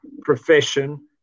profession